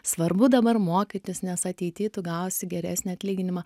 svarbu dabar mokytis nes ateity tu gausi geresnį atlyginimą